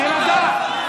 תירגע.